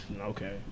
okay